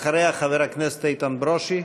אחריה, חבר הכנסת איתן ברושי.